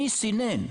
מי סינן?